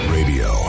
Radio